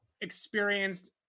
experienced